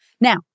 Now